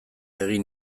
egin